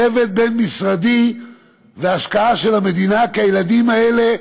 צוות בין-משרדי והשקעה של המדינה, כי הילדים האלה,